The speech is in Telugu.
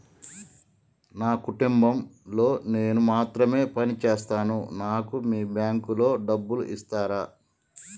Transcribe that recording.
నా కుటుంబం లో నేను మాత్రమే పని చేస్తాను నాకు మీ బ్యాంకు లో డబ్బులు ఇస్తరా?